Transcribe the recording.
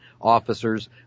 officers